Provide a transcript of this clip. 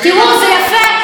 תראו, זה יפה.